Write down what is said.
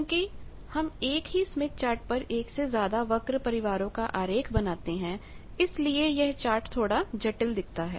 चूंकि हम एक ही स्मिथ चार्ट पर एक से ज्यादा वक्र परिवारों का आरेख बनाते हैं इसलिए यह चार्ट थोड़ा जटिल दिखता है